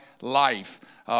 life